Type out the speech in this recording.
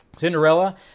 Cinderella